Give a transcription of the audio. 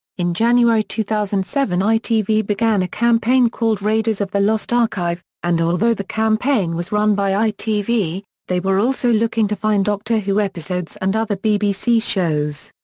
in january two thousand and seven itv began a campaign called raiders of the lost archive and although the campaign was run by itv, they were also looking to find doctor who episodes and other bbc shows.